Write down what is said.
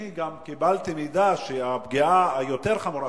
אני גם קיבלתי מידע שהפגיעה היותר חמורה,